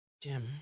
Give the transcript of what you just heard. Jim